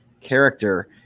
character